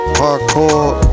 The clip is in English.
hardcore